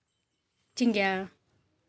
चिंग्या